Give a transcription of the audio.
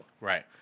Right